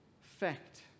fact